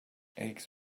eggs